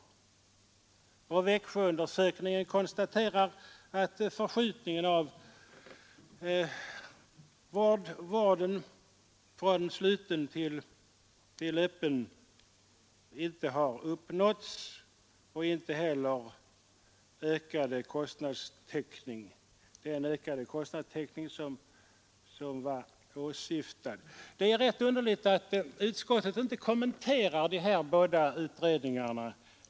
Växjöundersökningen konstaterar att någon förskjutning av vården från sluten till öppen inte har uppnåtts och inte heller den ökade kostnadstäckning som åsyftats. Det är rätt underligt att utskottet inte det minsta kommenterar dessa båda undersökningar.